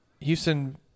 Houston